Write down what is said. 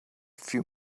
few